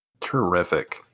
Terrific